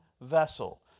vessel